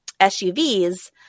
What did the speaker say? SUVs